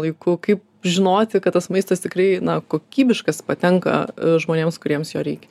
laiku kaip žinoti kad tas maistas tikrai kokybiškas patenka žmonėms kuriems jo reikia